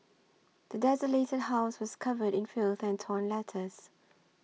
the desolated house was covered in filth and torn letters